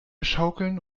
schaukeln